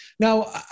Now